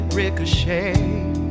ricochet